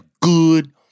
good